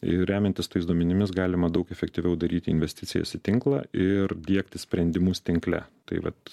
ir remiantis tais duomenimis galima daug efektyviau daryti investicijas į tinklą ir diegti sprendimus tinkle tai vat